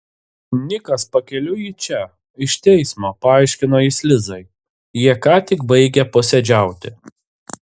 nikas pakeliui į čia iš teismo paaiškino jis lizai jie ką tik baigė posėdžiauti